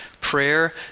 prayer